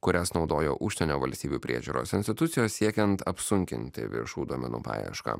kurias naudojo užsienio valstybių priežiūros institucijos siekiant apsunkinti viešų duomenų paiešką